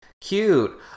cute